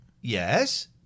Yes